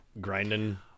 grinding